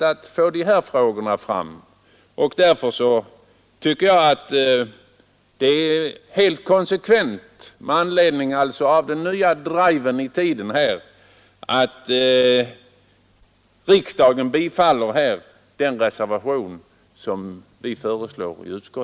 Med anledning av denna nya drive tycker jag det är konsekvent att riksdagen bifaller föreliggande reservation.